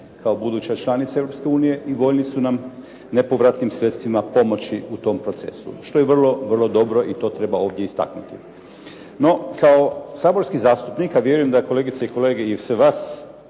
kao buduća članica Europske unije i voljni su nam nepovratnim sredstvima pomoći u tom procesu, što je vrlo, vrlo dobro i to treba ovdje istaknuti. No, kao saborski zastupnika, a vjerujem da kolegice i kolege sve vas